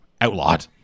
outlawed